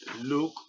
Luke